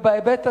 בהיבט הזה,